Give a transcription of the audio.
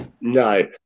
no